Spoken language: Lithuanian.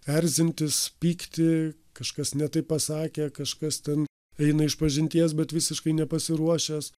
erzintis pykti kažkas ne taip pasakė kažkas ten eina išpažinties bet visiškai nepasiruošęs